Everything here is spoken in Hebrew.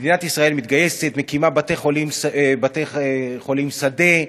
מדינת ישראל מתגייסת, מקימה בתי-חולים שדה,